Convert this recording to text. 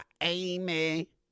Amy